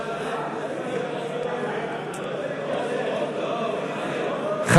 הצעת סיעת ש"ס להביע אי-אמון בממשלה לא נתקבלה.